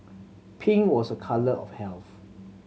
pink was a colour of health